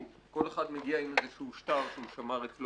כי כל אחד מגיע עם איזשהו שטר שהוא שמר אצלו